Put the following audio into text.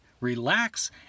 relax